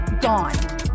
gone